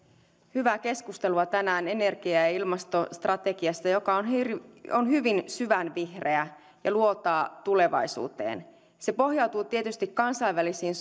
hyvää keskustelua tänään energia ja ilmastostrategiasta joka on hyvin syvänvihreä ja luotaa tulevaisuuteen se pohjautuu tietysti kansainvälisiin